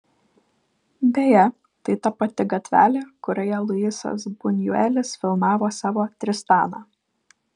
beje tai ta pati gatvelė kurioje luisas bunjuelis filmavo savo tristaną